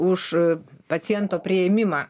už paciento priėmimą